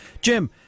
Jim